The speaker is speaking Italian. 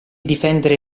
difendere